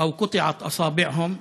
או שאצבעותיהם נקטעו.